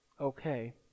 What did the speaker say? okay